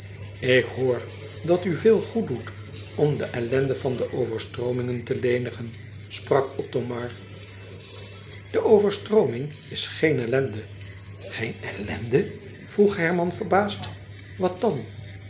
ik hoor dat u veel goed doet om de ellende van de overstroomingen te lenigen sprak othomar de overstrooming is geen ellende geen ellende vroeg herman verbaasd wat dan